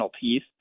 piece